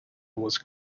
was